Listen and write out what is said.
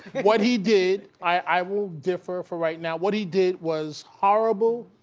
what he did, i will differ for right now, what he did was horrible,